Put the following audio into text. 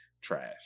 trash